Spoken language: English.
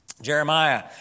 Jeremiah